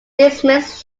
dismissed